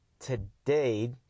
Today